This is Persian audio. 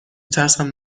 ترسم